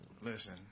Listen